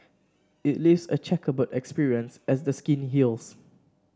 it leaves a chequerboard appearance as the skin heals